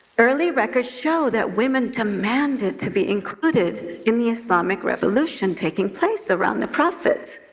early records show that women demanded to be included in the islamic revolution taking place around the prophet.